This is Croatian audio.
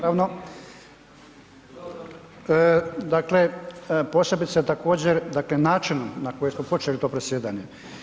dakle, posebice također dakle način na koji smo počeli to predsjedanje.